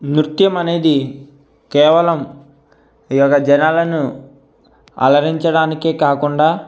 నృత్యం అనేది కేవలం ఈ యొక్క జనాలను అలరించడానికి కాకుండా